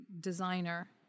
designer